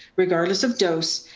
regardless of dose,